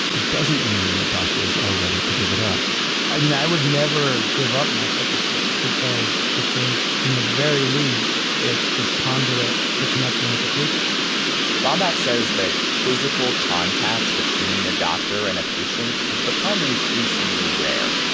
it doesn't mean that doctors are ready to give it up i mean, i would never give up my stethoscope. because i think in the very least, it's this conduit to connecting with the patient bomback says that physical contact between a doctor and a patient has become increasingly rare.